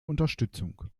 unterstützung